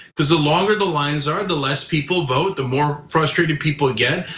because the longer the lines are, the less people vote, the more frustrated people get.